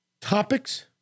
topics